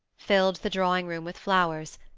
filled the drawing-room with flowers,